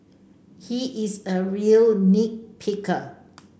he is a real nit picker